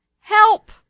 Help